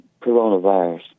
coronavirus